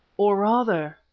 or rather,